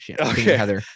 Okay